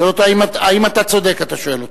האם אתה צודק, אתה שואל אותו,